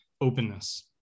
openness